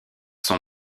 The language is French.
sont